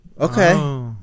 Okay